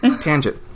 tangent